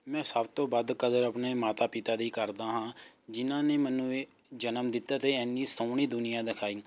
ਮੈਂ ਸਭ ਤੋਂ ਵੱਧ ਕਦਰ ਆਪਣੇ ਮਾਤਾ ਪਿਤਾ ਦੀ ਕਰਦਾ ਹਾਂ ਜਿਹਨਾਂ ਨੇ ਮੈਨੂੰ ਇਹ ਜਨਮ ਦਿੱਤਾ ਅਤੇ ਇੰਨੀ ਸੋਹਣੀ ਦੁਨੀਆ ਦਿਖਾਈ